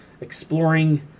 exploring